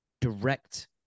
direct